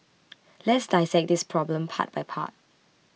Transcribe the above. let's dissect this problem part by part